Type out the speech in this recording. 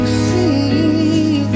see